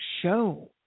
show